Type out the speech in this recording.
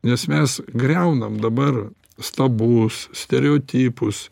nes mes griaunam dabar stabus stereotipus